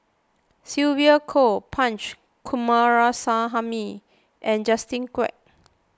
Sylvia Kho Punch Coomaraswamy and Justin Quek